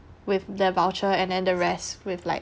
with the voucher and then the rest with like